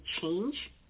change